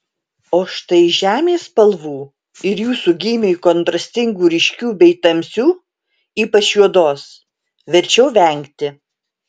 o štai žemės spalvų ir jūsų gymiui kontrastingų ryškių bei tamsių ypač juodos verčiau vengti